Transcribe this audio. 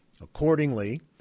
Accordingly